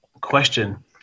question